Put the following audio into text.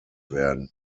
werden